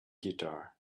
guitar